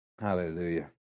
Hallelujah